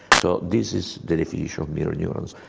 so this is the definition of mirror neurons,